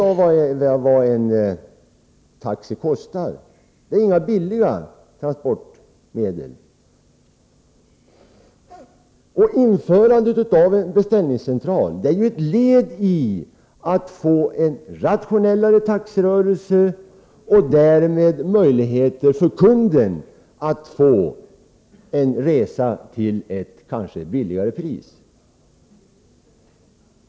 Alla vet vad en taxi kostar i dag. Det är inget billigt transportmedel. Införandet av beställningscentral är ett led i strävandena att få till stånd en rationellare trafik och kanske därmed ge kunden en billigare resa.